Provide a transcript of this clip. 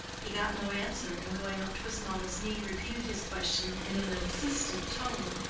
he got no answer, and going up to his mamma's knee repeated his question in an insistent tone.